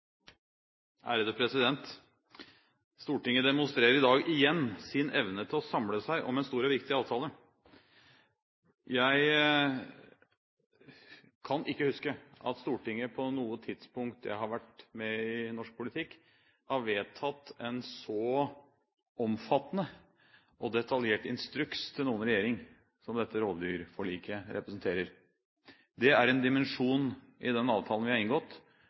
Stortinget demonstrerer i dag igjen sin evne til å samle seg om en stor og viktig avtale. Jeg kan ikke huske at Stortinget på noe tidspunkt jeg har vært med i norsk politikk, har vedtatt en så omfattende og detaljert instruks til noen regjering som det dette rovdyrforliket representerer. Det er en dimensjon i den avtalen vi har inngått,